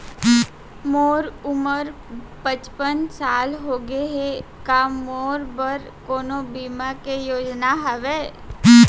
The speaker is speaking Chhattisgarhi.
मोर उमर पचपन साल होगे हे, का मोरो बर कोनो बीमा के योजना हावे?